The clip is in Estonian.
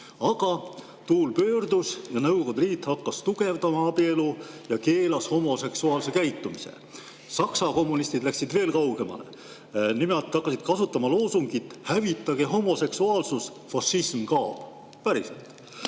Aga tuul pöördus, Nõukogude Liit hakkas tugevdama abielu ja keelas homoseksuaalse käitumise. Saksa kommunistid läksid veel kaugemale, nemad hakkasid kasutama loosungit "Hävitage homoseksuaalsus ja fašism kaob!". Päriselt.